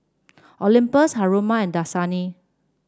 Olympus Haruma and Dasani